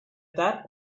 that